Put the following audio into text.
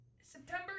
September